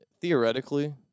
theoretically